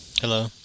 Hello